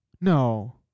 No